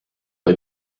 bei